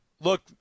look